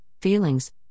feelings